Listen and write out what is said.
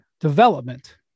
development